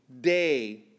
day